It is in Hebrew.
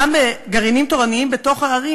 גם בגרעינים תורניים בתוך הערים.